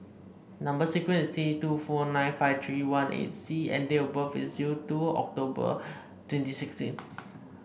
number sequence is T two four nine five three one eight C and date of birth is zero two October twenty sixteen